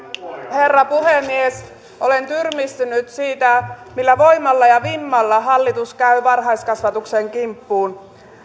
herra puhemies olen tyrmistynyt siitä millä voimalla ja vimmalla hallitus käy varhaiskasvatuksen kimppuun